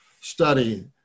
study